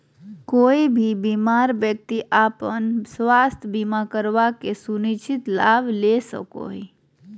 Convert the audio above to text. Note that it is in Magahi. कोय भी बीमार व्यक्ति अपन स्वास्थ्य बीमा करवा के सुनिश्चित लाभ ले सको हय